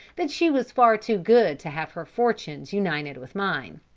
that she was far too good to have her fortunes united with mine.